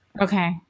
okay